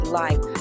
life